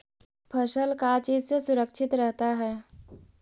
फसल का चीज से सुरक्षित रहता है?